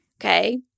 Okay